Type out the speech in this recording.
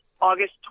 August